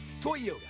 Toyota